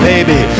Baby